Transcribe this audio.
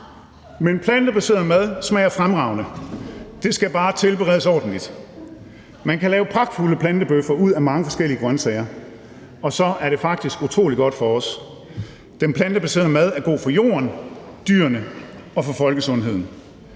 Men plantebaseret mad smager fremragende – det skal bare tilberedes ordentligt – og man kan lave pragtfulde plantebøffer ud af mange forskellige grønsager, og så er det faktisk utrolig godt for os. Den plantebaserede mad er god for jorden, for dyrene og for folkesundheden.